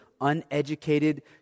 uneducated